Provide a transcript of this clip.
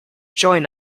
join